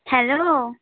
hello